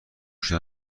شدن